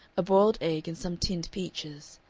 a boiled egg, and some tinned peaches.